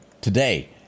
today